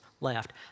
left